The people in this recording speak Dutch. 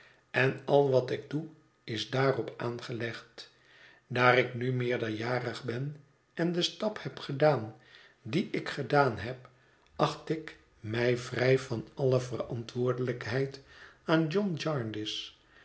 en al wat ik doe is daarop aangelegd daar ik nu meerderjarig ben en den stap heb gedaan dien ik gedaan heb acht ik mij vrij van alle verantwoordelijkheid aan john